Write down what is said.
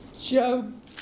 Job